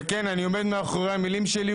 ואני עומד מאחורי המילים שלי,